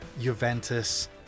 Juventus